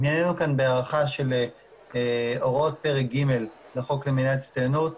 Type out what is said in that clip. ענייננו כאן בהארכה של הוראות פרק ג' לחוק למניעת הסתננות,